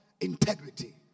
integrity